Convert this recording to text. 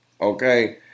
Okay